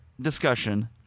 discussion